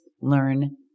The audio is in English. learn